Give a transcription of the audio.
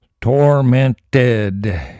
Tormented